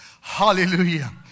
Hallelujah